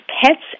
pets